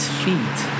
feet